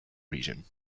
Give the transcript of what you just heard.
region